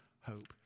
hope